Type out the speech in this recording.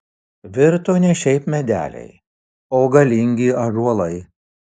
virto ne šiaip medeliai o galingi ąžuolai